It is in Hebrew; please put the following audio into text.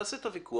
תעשה את הוויכוח